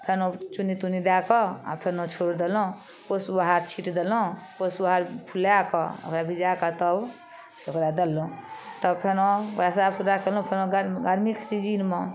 तहन ओ चुन्नी तुन्नि दएकऽ आओर फेनो छोड़ि देलहुँ फुस ओएह छीट देलहुँ फुस ओएह फुलाकऽ लएकऽ जाकऽ तब से ओकरा देलहुँ तऽ फेनो तहन फेर गर्मीके सीजनमे